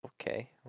okay